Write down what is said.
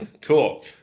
Cool